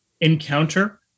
encounter